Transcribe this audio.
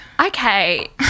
Okay